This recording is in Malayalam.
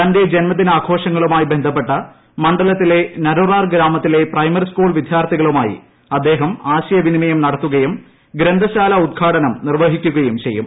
തന്റെ ജന്മദിനാഘോഷങ്ങളുമായി ബന്ധപ്പെട്ട് മണ്ഡലത്തിലെ നരുറാർ ഗ്രാമത്തിലെ പ്രൈമറി സ്കൂൾ വിദ്യാർത്ഥികളുമായി അദ്ദേഹം ആശയവിനിമയം നടത്തുകയും ഗ്രന്ഥശാല ഉദ്ഘാടനം നിർവഹിക്കുകയും ചെയ്യും